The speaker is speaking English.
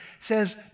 says